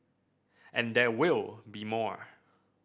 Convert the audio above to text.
and there will be more